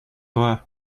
bra